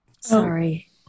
Sorry